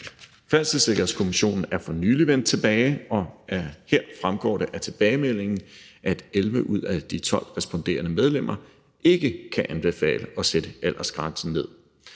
Færdselssikkerhedskommissionen er for nylig vendt tilbage, og det fremgår af tilbagemeldingen, at 11 ud af de 12 responderende medlemmer ikke kan anbefale at sætte aldersgrænsen ned.